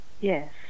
Yes